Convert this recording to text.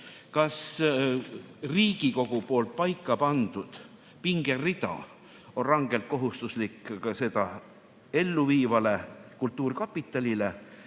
kas Riigikogu paikapandud pingerida on rangelt kohustuslik ka seda ellu viivale kultuurkapitalile